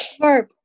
verb